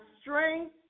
strength